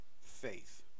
faith